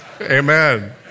Amen